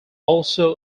also